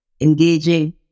engaging